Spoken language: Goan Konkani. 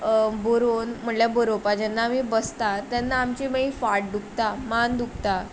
बरोवन म्हणल्यार बरोवपा जेन्ना आमी बसतात तेन्ना आमची मागीर फाट दुखता मान दुखता